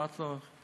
אמרתי לו: